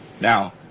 Now